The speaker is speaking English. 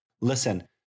Listen